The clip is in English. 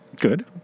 Good